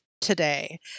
today